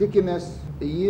tikimės jį